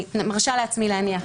אני מרשה לעצמי להניח.